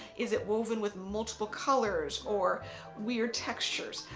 is it woven with multiple colors or weird textures.